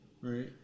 Right